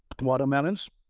watermelons